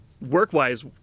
work-wise